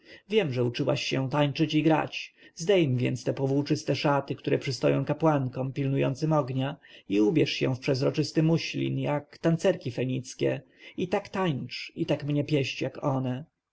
wiem że uczyłaś się tańczyć i grać zdejm więc te powłóczyste szaty które przystoją kapłankom pilnującym ognia i ubierz się w przejrzysty muślin jak tancerki fenickie i tak tańcz i tak mnie pieść jak one